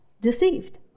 deceived